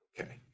Okay